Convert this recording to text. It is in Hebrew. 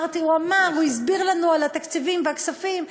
הוא הסביר לנו על התקציבים והכספים,